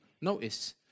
Notice